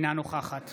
אינה נוכחת